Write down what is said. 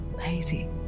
hazy